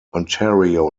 ontario